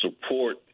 support